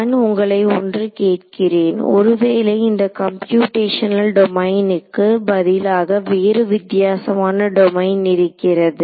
நான் உங்களை ஒன்று கேட்கிறேன் ஒருவேளை இந்த கம்ப்யுடேஷனல் டொமைனுக்கு பதிலாக வேறு வித்தியாசமான டொமைன் இருக்கிறது